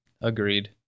Agreed